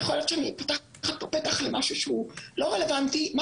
יכול להיות שאני פותחת כאן פתח למשהו שהוא לא רלוונטי אבל